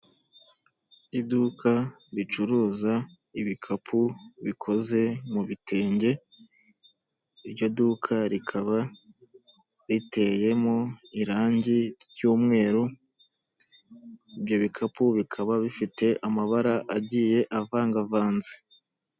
Iduka ricuruza ibikapu bikoze mu bitenge, iryo duka rikaba riteyemo irangi ry'umweru, ibyo bikapu bikaba bifite amabara agiye avangavanze.